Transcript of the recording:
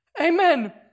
Amen